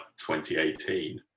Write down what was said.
2018